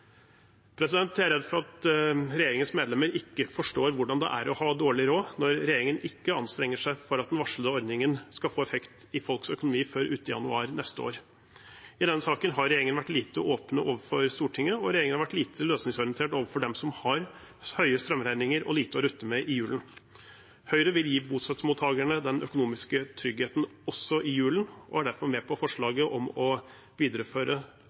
Jeg er redd for at regjeringens medlemmer ikke forstår hvordan det er å ha dårlig råd når regjeringen ikke anstrenger seg for at den varslede ordningen skal få effekt på folks økonomi før uti januar neste år. I denne saken har regjeringen vært lite åpen overfor Stortinget, og regjeringen har vært lite løsningsorientert overfor dem som har høye strømregninger og lite å rutte med i julen. Høyre vil gi bostøttemottakerne den økonomiske tryggheten også i julen og er derfor med på forslaget om å videreføre